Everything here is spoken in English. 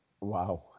Wow